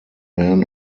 men